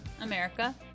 America